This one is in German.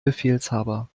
befehlshaber